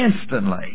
instantly